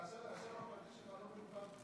הבעיה שהשם הפרטי שלך לא מנוקד לו.